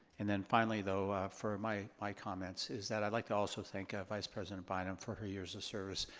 and then finally though for my my comments is that i'd like to also thank ah vice president bynum for her years of service.